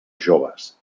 joves